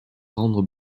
rendre